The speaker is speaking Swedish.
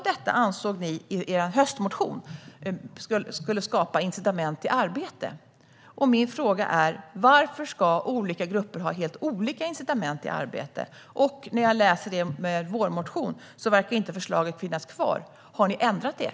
Detta ansåg ni i er höstmotion skulle skapa incitament till arbete. Min fråga är: Varför ska olika grupper ha helt olika incitament till arbete? När jag läser er vårmotion ser jag att förslaget inte verkar finnas kvar. Har ni ändrat er?